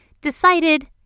decided